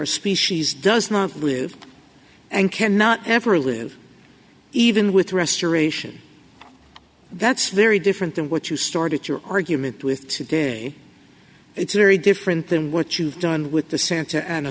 a species does not live and cannot ever live even with restoration that's very different than what you started your argument with today it's very different than what you've done with the santa ana